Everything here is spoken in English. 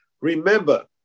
Remember